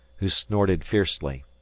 who snorted fiercely.